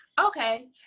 Okay